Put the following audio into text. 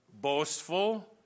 boastful